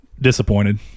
disappointed